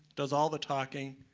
does all the talking.